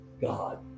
God